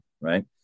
right